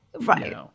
right